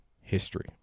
history